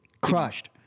Crushed